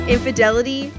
Infidelity